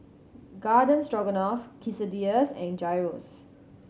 Garden Stroganoff Quesadillas and Gyros